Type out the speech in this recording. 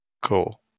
Cool